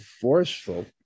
forceful